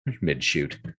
mid-shoot